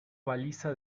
baliza